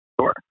Sure